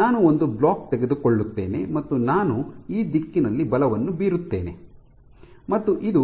ನಾನು ಒಂದು ಬ್ಲಾಕ್ ತೆಗೆದುಕೊಳ್ಳುತ್ತೇನೆ ಮತ್ತು ನಾನು ಈ ದಿಕ್ಕಿನಲ್ಲಿ ಬಲವನ್ನು ಬೀರುತ್ತೇನೆ ಮತ್ತು ಇದು